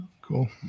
Cool